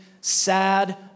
sad